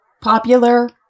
popular